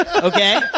Okay